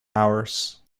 hours